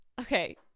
Okay